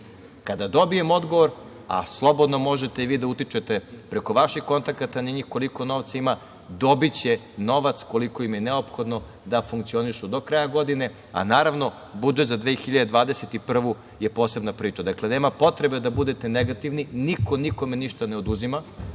Kada dobijem odgovor, a slobodno možete i vi da utičete preko vaših kontakata na njih koliko novca ima, dobiće novac koliko im je neophodno da funkcionišu do kraja godine, a naravno budžet za 2021. godinu je posebna priča. Dakle, nema potrebe da budete negativni. Niko nikome ništa ne oduzima.